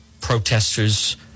protesters